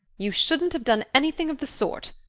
you shouldn't have done anything of the sort.